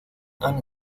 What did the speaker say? and